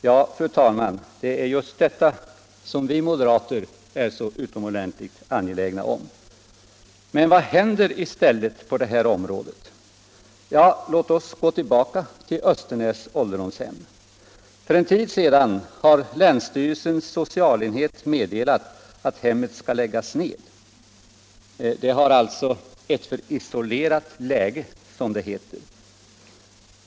Ja, fru talman, det är just detta som vi moderater är så utomordentligt angelägna om. Men vad händer i stället på det här området? Låt oss gå tillbaka till Östernäs ålderdomshem. För en tid sedan meddelade länsstyrelsens sociala enhet att hemmet skulle läggas ned. Det har alltså ett för isolerat läge, som det heter.